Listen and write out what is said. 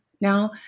now